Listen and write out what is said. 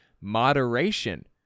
moderation